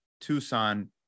Tucson